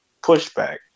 pushback